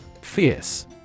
fierce